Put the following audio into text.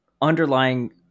underlying